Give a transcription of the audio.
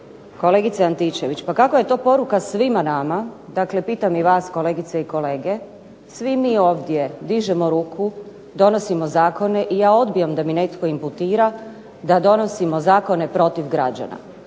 Kolegice Antičević pa kakva je to poruka svima nama, dakle pitam i vas kolegice i kolege, svi mi ovdje dižemo ruku, donosimo zakone i ja odbijam da mi netko imputira da donosimo zakone protiv građana.